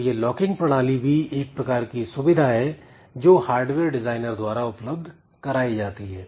तो यह लॉकिंग प्रणाली भी एक प्रकार की सुविधा है जो हार्डवेयर डिजाइनर द्वारा उपलब्ध कराई जाती है